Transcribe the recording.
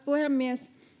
puhemies